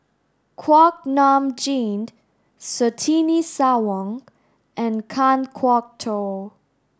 Kuak Nam Jin Surtini Sarwan and Kan Kwok Toh